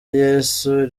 yesu